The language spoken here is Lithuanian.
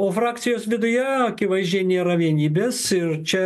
o frakcijos viduje akivaizdžiai nėra vienybės ir čia